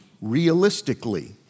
realistically